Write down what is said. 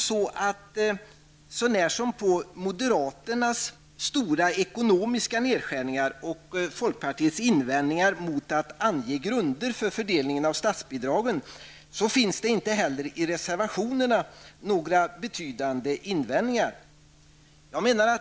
Så när som på moderaternas stora ekonomiska nedskärningar och folkpartiets invändningar mot att ange grunder för fördelningen av statsbidragen, finns det inte heller i reservationerna några betydande invändningar.